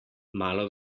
malo